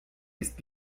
ist